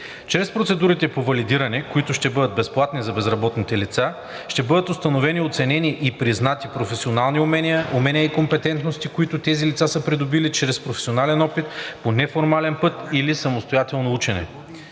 Чрез процедурите по валидиране, които ще бъдат безплатни за безработните лица, ще бъдат установени, оценени и признати професионални знания, умения и компетентности, които тези лица са придобили чрез професионален опит, по неформален път или самостоятелно учене.